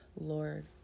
Lord